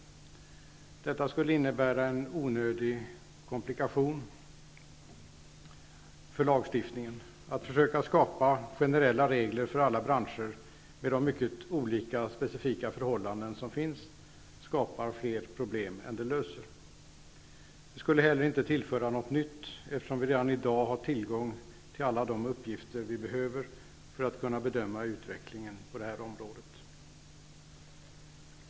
Detta skulle innebära en onödig komplikation för lagstiftningen. Att försöka skapa generella regler för alla branscher, med de mycket olika specifika förhållanden som finns, skapar fler problem än det löser. Det skulle heller inte tillföra något nytt, eftersom vi redan i dag har tillgång till alla de uppgifter vi behöver för att kunna bedöma utvecklingen på det här området.